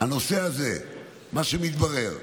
שבנושא הזה מה שמתברר,